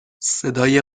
صدای